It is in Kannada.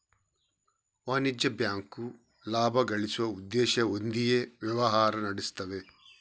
ವಾಣಿಜ್ಯ ಬ್ಯಾಂಕು ಲಾಭ ಗಳಿಸುವ ಉದ್ದೇಶ ಹೊಂದಿಯೇ ವ್ಯವಹಾರ ನಡೆಸ್ತವೆ